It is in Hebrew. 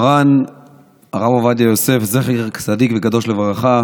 מרן הרב עובדיה יוסף, זכר צדיק וקדוש לברכה,